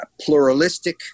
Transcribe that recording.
pluralistic